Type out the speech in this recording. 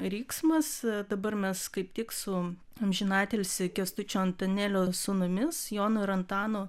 riksmas dabar mes kaip tik su amžinatilsį kęstučio antanėlio sūnumis jonu ir antanu